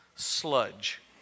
Sludge